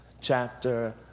chapter